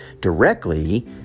directly